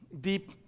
deep